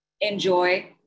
enjoy